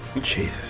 Jesus